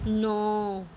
ਨੌਂ